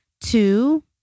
Two